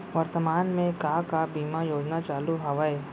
वर्तमान में का का बीमा योजना चालू हवये